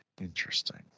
Interesting